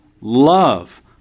love